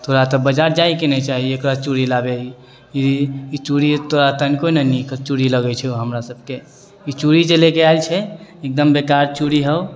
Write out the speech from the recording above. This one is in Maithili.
तोरा तऽ बजार जाइके ने चाहियौ एकरा चूड़ी लाबै ई चूड़ी तोरा तनिको नहि नीक चूड़ी लगै छौ हमरा सबके ई चूड़ी जे लैके आयल छे एकदम बेकार चूड़ी हौ